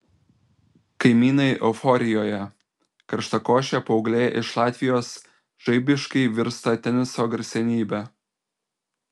kaimynai euforijoje karštakošė paauglė iš latvijos žaibiškai virsta teniso garsenybe